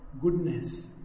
goodness